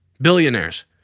Billionaires